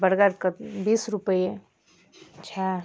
बर्गरके बीस रुपैए अच्छा